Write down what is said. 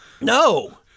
no